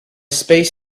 space